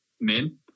men